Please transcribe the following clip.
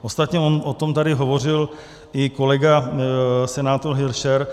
Ostatně on o tom tady hovořil i kolega senátor Hilšer.